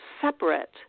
separate